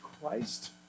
Christ